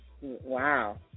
Wow